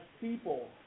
people